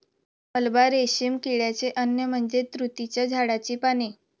मलबा रेशीम किड्याचे अन्न म्हणजे तुतीच्या झाडाची पाने